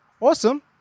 awesome